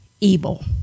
evil